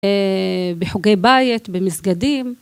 בחוגי בית, במסגדים.